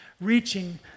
reaching